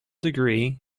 degree